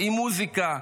עם מוזיקה,